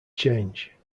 change